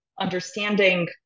understanding